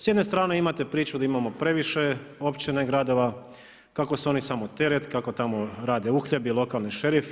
S jedne strane imate priču da imamo previše općina i gradova, kako su oni samo teret, kako tamo rade uhljebi, lokalni šerifi.